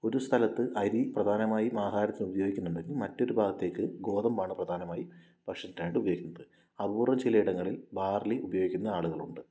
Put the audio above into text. ഒരു സ്ഥലത്ത് അരി പ്രധാനമായി ആഹാരത്തിൽ ഉപയോഗിക്കുന്നുണ്ടെങ്കിൽ മറ്റൊരു ഭാഗത്ത് ഗോതമ്പാണ് പ്രധാനമായും ഭക്ഷണത്തിനായിട്ട് ഉപയോഗിക്കുന്നത് അപൂർവ്വം ചിലയിടങ്ങളിൽ ബാർലി ഉപയോഗിക്കുന്ന ആളുകളുണ്ട്